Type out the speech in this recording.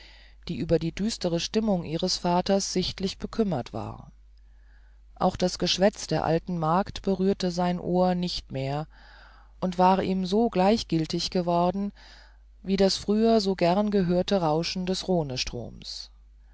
die über die düstere stimmung ihres vaters sichtlich bekümmert war auch das geschwätz der alten magd berührte sein ohr nicht mehr und war ihm so gleichgiltig geworden wie das früher so gern gehörte rauschen des